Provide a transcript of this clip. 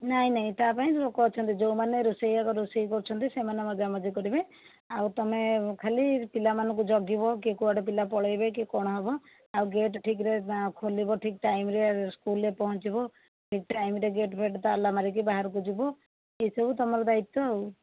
ନାହିଁ ନାହିଁ ତା ପାଇଁ ଲୋକ ଅଛନ୍ତି ଯେଉଁମାନେ ରୋଷେଇଆ ରୋଷେଇ କରୁଛନ୍ତି ସେମାନେ ମଜାମଜି କରିବେ ଆଉ ତୁମେ ଖାଲି ପିଲାମାନଙ୍କୁ ଜଗିବ କିଏ କୁଆଡ଼େ ପିଲା ପଳାଇବେ କି କ'ଣ ହେବ ଆଉ ଗେଟ ଠିକ୍ ରେ ଖୋଲିବ ଠିକ୍ ଟାଇମ ରେ ସ୍କୁଲ ରେ ପହଞ୍ଚିବ ଠିକ୍ ଟାଇମ ରେ ଗେଟ ଫେଟ୍ ତାଲା ମାରିକି ବାହାରକୁ ଯିବୁ ଏ ସବୁ ତୁମର ଦାୟିତ୍ଵ ଆଉ